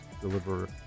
deliver